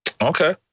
Okay